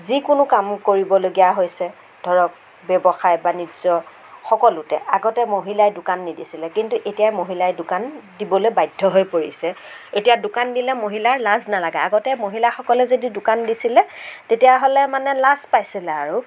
যিকোনো কাম কৰিবলগীয়া হৈছে ধৰক ব্যৱসায় বাণিজ্য সকলোতে আগতে মহিলাই দোকান নিদিছিলে কিন্তু এতিয়া মহিলাই দোকান দিবলে বাধ্য হৈ পৰিছে এতিয়া দোকান দিলে মহিলাৰ লাজ নালাগে আগতে মহিলা সকলে যদি দোকান দিছিল তেতিয়াহ'লে মানে লাজ পাইছিল আৰু